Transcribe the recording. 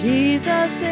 Jesus